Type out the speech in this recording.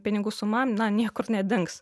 pinigų suma na niekur nedings